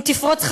אם תפרוץ,